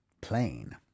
plain